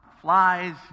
flies